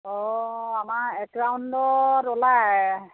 অ' আমাৰ এক ৰাউণ্ডত ওলায়